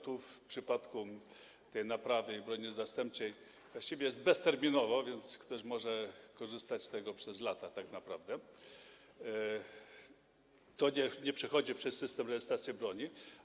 Tu w przypadku tej naprawy i broni zastępczej właściwie jest bezterminowo, więc ktoś może korzystać z tego tak naprawdę przez lata, to nie przechodzi przez system rejestracji broni.